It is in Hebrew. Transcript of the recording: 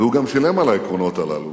והוא גם שילם על העקרונות הללו,